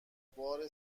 بار